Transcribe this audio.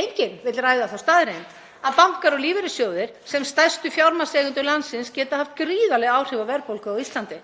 Enginn vill ræða þá staðreynd að bankar og lífeyrissjóðir, sem stærstu fjármagnseigendur landsins, geta haft gríðarleg áhrif á verðbólgu á Íslandi.